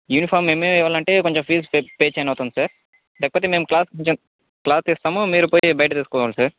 uniform మేమే ఇయ్యాలంటే కొంచెం ఫీ పే చేయనవుతుంది సార్ లేకపోతే మేము క్లాస్ మేము క్లాత్ ఇస్తాము మీరు పోయి బయటికి తీసుకోవాలి సార్